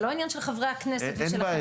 זה לא עניין של חברי הכנסת ושלכם.